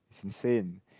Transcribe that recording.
insane